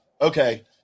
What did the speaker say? okay